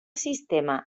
sistema